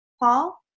Paul